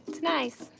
it's nice.